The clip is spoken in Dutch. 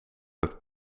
het